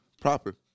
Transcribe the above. proper